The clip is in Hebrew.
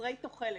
חסרי תוחלת,